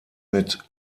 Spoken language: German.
mit